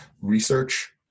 research